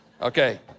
Okay